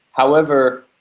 however,